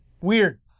weird